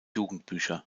jugendbücher